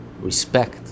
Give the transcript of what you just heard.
respect